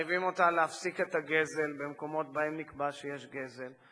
מחייבות אותה להפסיק את הגזל במקומות שבהם נקבע שיש גזל,